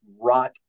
rot